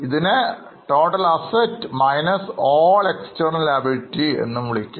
ഇതിനെ Total assets All External liablities Owner's fund എന്നു പറയാം